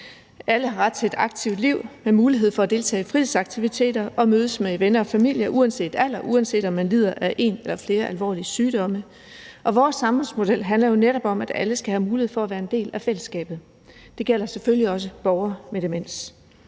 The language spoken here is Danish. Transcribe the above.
Alle har ret til et aktivt liv med mulighed for at deltage i fritidsaktiviteter og mødes med venner og familie – uanset alder, uanset om man lider af en eller flere alvorlige sygdomme. Vores samfundsmodel handler jo netop om, at alle skal have mulighed for at være en del af fællesskabet. Det gælder selvfølgelig også borgere med demens.